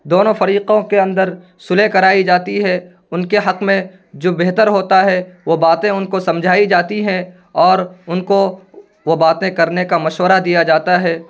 دونوں فریقوں کے اندر صلح کرائی جاتی ہے ان کے حق میں جو بہتر ہوتا ہے وہ باتیں ان کو سمجھائی جاتی ہیں اور ان کو وہ باتیں کرنے کا مشورہ دیا جاتا ہے